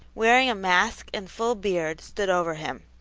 wearing a mask and full beard, stood over him.